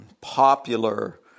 popular